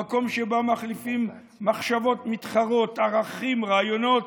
המקום שבו מחליפים מחשבות מתחרות, ערכים, רעיונות.